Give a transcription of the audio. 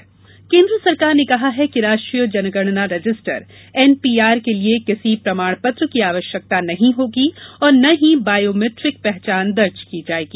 NPR केन्द्र सरकार ने कहा है कि राष्ट्रीय जनगणना रजिस्टर एनपीआर के लिए किसी प्रमाणपत्र की आवश्यकता नहीं होगी और न ही बायोमीट्रिक पहचान दर्ज की जायेगी